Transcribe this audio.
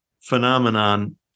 phenomenon